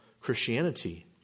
Christianity